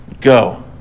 Go